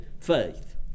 faith